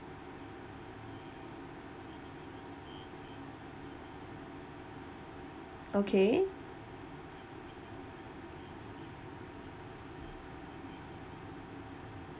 okay